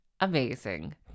amazing